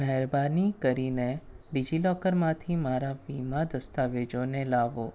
મહેરબાની કરીને ડિજિલોકરમાંથી મારા વીમા દસ્તાવેજોને લાવો